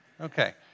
Okay